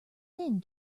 thin